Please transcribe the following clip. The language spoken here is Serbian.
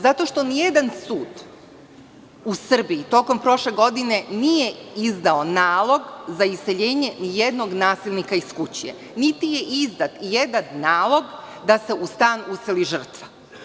Zato što nijedan sud u Srbiji tokom prošle godine nije izdao nalog za iseljenje nijednog nasilnika iz kuće, niti je izdat i jedan nalog da se u stan useli žrtva.